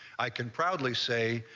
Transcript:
i can proudly say,